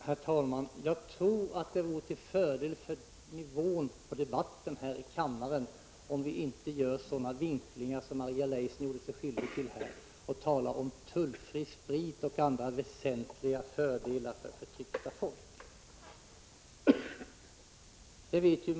Herr talman! Jag tror att det vore till fördel för nivån på debatten här i kammaren om vi inte gjorde sådana vinklingar som Maria Leissner nyss gjorde, när hon talade om tullfri sprit och andra ”väsentliga fördelar” för förtryckta folk.